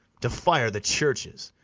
to fire the churches,